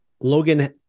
Logan